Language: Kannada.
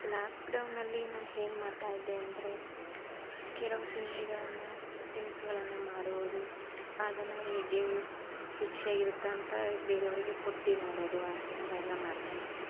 ಲಾಕ್ಡೌನಲ್ಲಿ ನಾನು ಏನ್ ಮಾಡ್ತಾಯಿದ್ದೆ ಅಂದರೆ ಕೆಲವು ತಿಂಡಿಗಳನ್ನು ತಿನಿಸುಗಳನ್ನು ಮಾಡುವುದು ಅದನ್ನು ಹೇಗೆ ರುಚಿಯಾಗಿರುತ್ತಾ ಅಂತ ಬೇರೆಯವರಿಗೆ ಕೊಟ್ಟು ನೋಡೋದು ಆ ಥರಯೆಲ್ಲ ಮಾಡ್ತಾಯಿದ್ದೆ